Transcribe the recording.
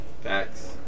Facts